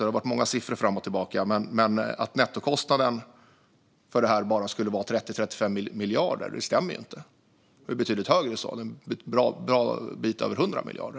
Det har varit många siffror fram och tillbaka, men att nettokostnaden för detta bara skulle vara 30-35 miljarder stämmer ju inte. Den är betydligt högre, en bra bit över 100 miljarder.